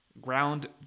Ground